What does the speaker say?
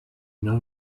know